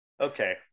Okay